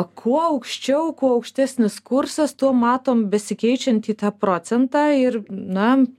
kuo aukščiau kuo aukštesnis kursas tuo matom besikeičiantį tą procentą ir na